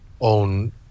own